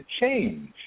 change